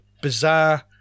bizarre